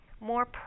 more